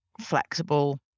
flexible